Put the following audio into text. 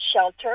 shelter